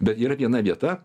bet yra viena vieta